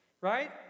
Right